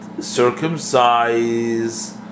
circumcise